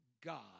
God